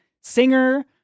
singer